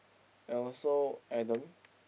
and also Adam